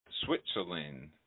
Switzerland